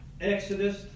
Exodus